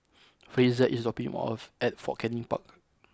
Frazier is dropping me off at Fort Canning Park